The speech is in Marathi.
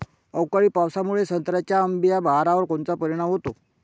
अवकाळी पावसामुळे संत्र्याच्या अंबीया बहारावर कोनचा परिणाम होतो?